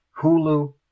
Hulu